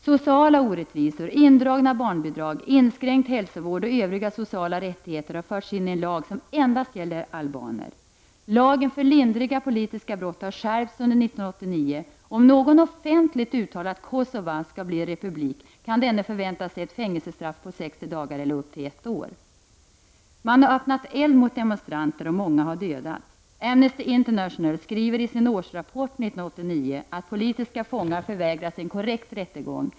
Sociala orättvisor, indragna barnbidrag, inskränkt hälsovård och övriga sociala rättigheter har förts in i en lag som endast gäller albaner. Lagen för lindriga politiska brott har skärpts under 1989. Om någon offentligt uttalar att Kosova skall bli republik, kan denne förvänta sig ett fäng elsestraff på 60 dagar eller upp till ett år. Man har öppnat eld mot demonstranter, och många har dödats. Amnesty International skriver i sin årsrapport 1989 att politiska fångar förvägras en korrekt rättegång.